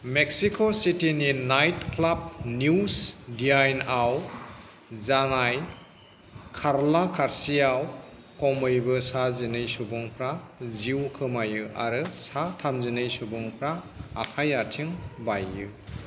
Mexico सिटीनि night club news डियाइनआव जानाय खारला खारसिआव खमैबो सा जिनै सुबुंफ्रा जिउ खोमायो आरो सा थामजिनै सुबुंफ्रा आखाइ आथिं बाययो